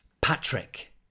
Patrick